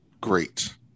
great